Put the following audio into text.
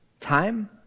Time